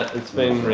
it's been